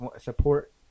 support